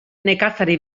nekazari